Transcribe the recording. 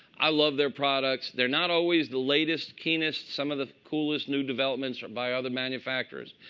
i love their products. they're not always the latest, keenest. some of the coolest new developments are by other manufacturers.